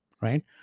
right